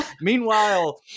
meanwhile